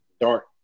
dark